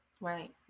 Right